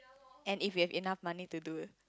and if you have enough money to do it